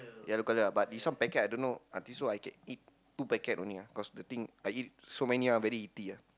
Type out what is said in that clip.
yellow color ah but this one packet I don't know and this one I could eat two packet only ah cause the thing I eat so many ah very heaty ah